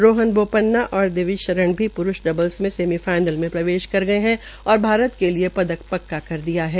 रोहन बोपन्ना और दिविज शरण भी प्रूष डब्ल में सेमीफाइनल में प्रवेश कर गये है और भारत के लिए पदक पक्का कर दिया है